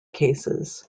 cases